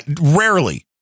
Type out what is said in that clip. rarely